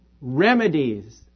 Remedies